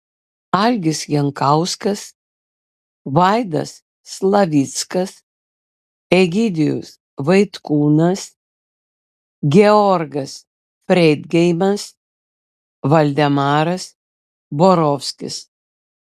algis jankauskas vaidas slavickas egidijus vaitkūnas georgas freidgeimas valdemaras borovskis